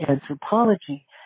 anthropology